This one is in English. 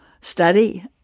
study